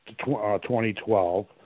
2012